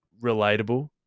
relatable